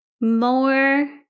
more